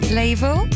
label